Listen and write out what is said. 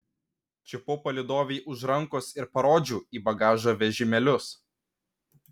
čiupau palydovei už rankos ir parodžiau į bagažo vežimėlius